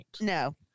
No